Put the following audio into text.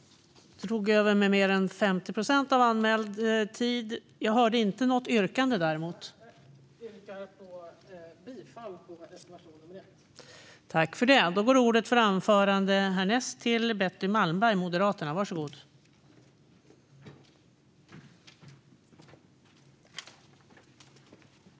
Jag yrkar bifall till reservation nummer 1.